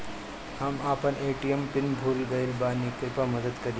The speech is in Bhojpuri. हम अपन ए.टी.एम पिन भूल गएल बानी, कृपया मदद करीं